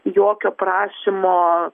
jokio prašymo